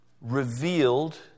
revealed